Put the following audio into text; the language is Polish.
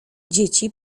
dzieci